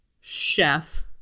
chef